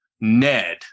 Ned